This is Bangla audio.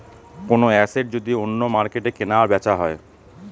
কোনো এসেট যদি অন্য মার্কেটে কেনা আর বেচা হয়